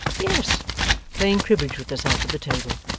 yes playing cribbage with herself at the table.